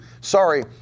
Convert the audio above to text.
sorry